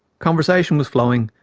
conversation was flowing,